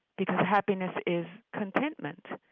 because happiness is contentment.